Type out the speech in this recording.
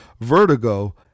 vertigo